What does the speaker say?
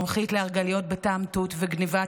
מומחית לערגליות בטעם תות וגנבת